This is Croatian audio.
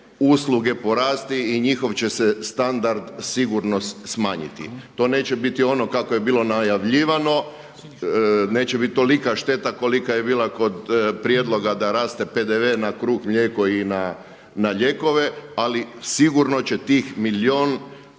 usluge porasti i njihov će se standard sigurno smanjiti. To neće biti ono kako je bilo najavljivano, neće biti tolika šteta kolika je bila kod prijedloga da raste PDV na kruh, mlijeko i na lijekove ali sigurno će tih milijun